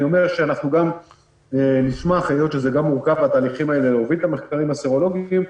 אני אומר שאנחנו נשמח היות שזה גם מורכב להוריד את התהליכים הסרולוגים,